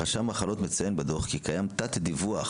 רשם המחלות מציין בדוח כי קיים תת דיווח